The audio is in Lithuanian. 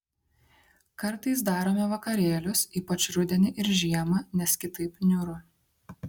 kartais darome vakarėlius ypač rudenį ir žiemą nes kitaip niūru